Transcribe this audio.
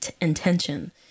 intention